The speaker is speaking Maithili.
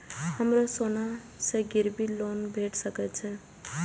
हमरो सोना से गिरबी लोन भेट सके छे?